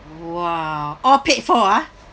!wow! all paid for ah